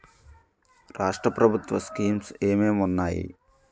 రాష్ట్రం ప్రభుత్వ స్కీమ్స్ ఎం ఎం ఉన్నాయి?